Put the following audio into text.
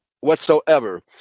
whatsoever